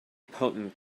potent